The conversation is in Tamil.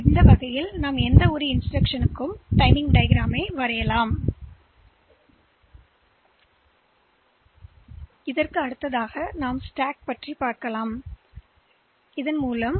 எனவே ஒவ்வொரு வழிமுறைக்கும் செயலியின் கையேட்டைப் பார்த்தால் இது நேரசித்தரிக்கிறது வரைபடத்தை